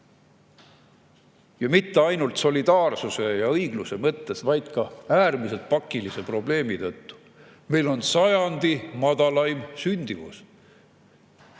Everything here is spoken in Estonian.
Ja mitte ainult solidaarsuse ja õigluse mõttes, vaid ka äärmiselt pakilise probleemi tõttu: meil on sajandi väikseim sündimus.